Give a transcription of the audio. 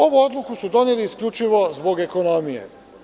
Ovu odluku su doneli isključivo zbog ekonomije.